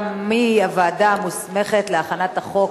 לוועדת הכלכלה.